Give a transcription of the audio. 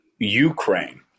Ukraine